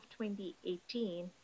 2018